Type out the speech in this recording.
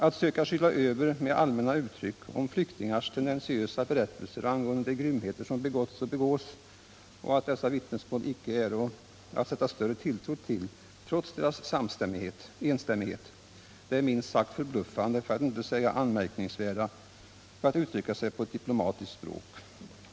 Försöken att skyla över med allmänna uttryck om flyktingars tendentiösa berättelser angående de grymheter som begåtts och begås och att dessa vittnesmål icke är att sätta större tilltro till, trots sin enstämmighet, är minst sagt förbluffande och anmärkningsvärda, för att uttrycka sig på diplomatiskt språk.